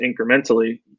incrementally